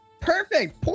Perfect